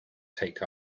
take